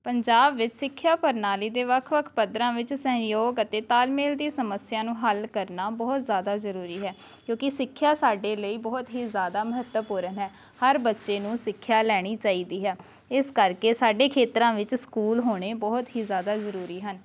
ਪੰਜਾਬ ਵਿੱਚ ਸਿੱਖਿਆ ਪ੍ਰਣਾਲੀ ਦੇ ਵੱਖ ਵੱਖ ਪੱਧਰਾਂ ਵਿੱਚ ਸਹਿਯੋਗ ਅਤੇ ਤਾਲਮੇਲ ਦੀ ਸਮੱਸਿਆ ਨੂੰ ਹੱਲ ਕਰਨਾ ਬਹੁਤ ਜ਼ਿਆਦਾ ਜ਼ਰੂਰੀ ਹੈ ਕਿਉਂਕਿ ਸਿੱਖਿਆ ਸਾਡੇ ਲਈ ਬਹੁਤ ਹੀ ਜ਼ਿਆਦਾ ਮਹੱਤਵਪੂਰਨ ਹੈ ਹਰ ਬੱਚੇ ਨੂੰ ਸਿੱਖਿਆ ਲੈਣੀ ਚਾਹੀਦੀ ਹੈ ਇਸ ਕਰਕੇ ਸਾਡੇ ਖੇਤਰਾਂ ਵਿੱਚ ਸਕੂਲ ਹੋਣੇ ਬਹੁਤ ਹੀ ਜ਼ਿਆਦਾ ਜ਼ਰੂਰੀ ਹਨ